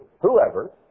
whoever